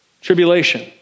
tribulation